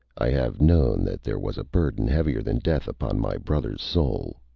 i have known that there was a burden heavier than death upon my brother's soul.